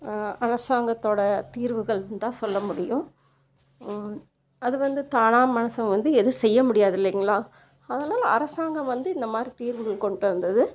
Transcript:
அரசாங்கத்தோடய தீர்வுகள்னு தான் சொல்ல முடியும் அது வந்து தானாக மனுஷன் வந்து எதுவும் செய்ய முடியாது இல்லைங்களா அதனால் அரசாங்கம் வந்து இந்த மாதிரி தீர்வுகள் கொண்டுட்டு வந்தது